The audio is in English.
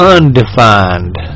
Undefined